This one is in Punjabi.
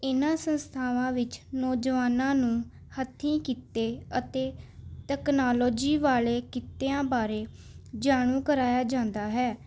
ਇਨ੍ਹਾਂ ਸੰਸਥਾਵਾਂ ਵਿੱਚ ਨੌਜਵਾਨਾਂ ਨੂੰ ਹੱਥੀਂ ਕਿੱਤੇ ਅਤੇ ਤਕਨੋਲੋਜੀ ਵਾਲੇ ਕਿੱਤਿਆਂ ਬਾਰੇ ਜਾਣੂ ਕਰਵਾਇਆ ਜਾਂਦਾ ਹੈ